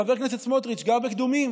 חבר הכנסת סמוטריץ' גר בקדומים